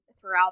throughout